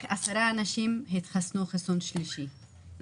רק 10 אנשים התחסנו חיסון שלישי לפני 10 ימים.